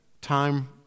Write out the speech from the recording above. time